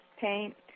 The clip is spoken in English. paint